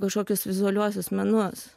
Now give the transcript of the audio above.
kažkokius vizualiuosius menus